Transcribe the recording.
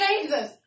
Jesus